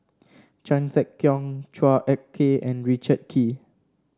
Chan Sek Keong Chua Ek Kay and Richard Kee